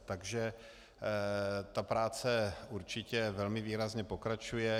Takže ta práce určitě velmi výrazně pokračuje.